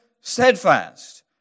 steadfast